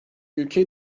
ülkeyi